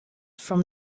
from